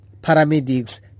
Paramedics